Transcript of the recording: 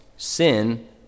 Sin